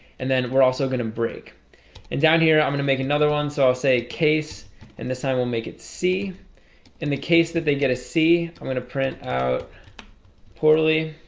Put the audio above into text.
and then we're also going to break and down here. i'm gonna make another one so i'll say case and this time we'll make it c in the case that they get a c. i'm gonna print out portal e